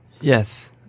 Yes